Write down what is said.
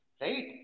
Right